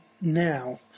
now